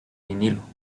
vinilo